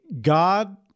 God